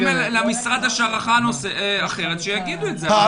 אם למשרד יש הערכה אחרת אז שיגידו את זה.